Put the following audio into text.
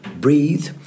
breathe